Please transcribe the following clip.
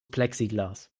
plexiglas